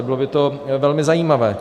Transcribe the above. Bylo by to velmi zajímavé.